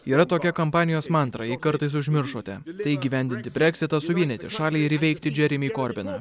yra tokia kampanijos mantra jei kartais užmiršote tai įgyvendinti breksitą suvienyti šalį ir įveikti džeremį korbiną